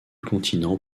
continent